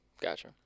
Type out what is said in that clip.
Gotcha